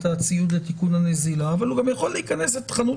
הציוד לתיקון הנזילה אבל הוא גם יכול להיכנס לחנות